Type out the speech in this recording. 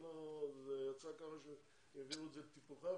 יצא ככה שהעבירו את זה לטיפולך,